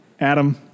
Adam